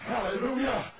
Hallelujah